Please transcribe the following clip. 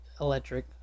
electric